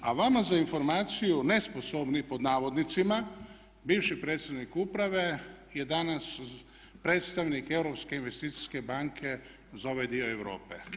A vama za informaciju "nesposobni" pod navodnicima bivši predsjednik uprave je danas predstavnik Europske investicijske banke za ovaj dio Europe.